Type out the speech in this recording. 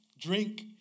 drink